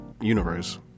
universe